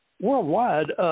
worldwide –